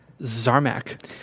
Zarmak